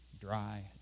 dry